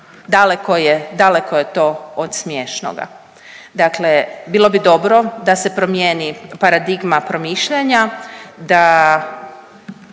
daleko je to od smiješnoga. Dakle bilo bi dobro da se promijeni paradigma promišljanja, da